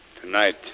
Tonight